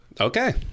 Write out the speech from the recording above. Okay